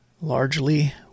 largely